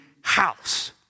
house